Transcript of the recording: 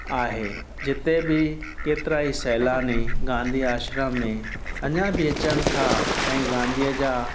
आहे जिते बि केतिरा ई सैलानी गांधी आश्रम में अञा बि अचनि था ऐं गांधीअ जा